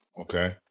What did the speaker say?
Okay